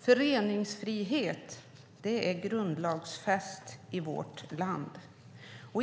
Föreningsfriheten är grundlagsfäst i vårt land.